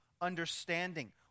understanding